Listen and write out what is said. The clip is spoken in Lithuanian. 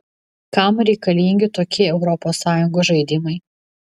kam reikalingi tokie europos sąjungos žaidimai